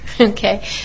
okay